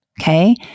Okay